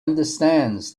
understands